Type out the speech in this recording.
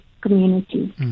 community